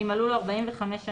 אם מלאו לו 45 שנים,